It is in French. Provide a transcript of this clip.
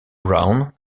brown